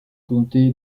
comté